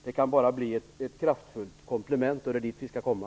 Det kan bara bli ett kraftfullt komplement, och det är dit som vi skall komma.